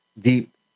deep